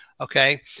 Okay